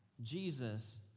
Jesus